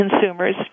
consumers